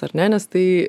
ar ne nes tai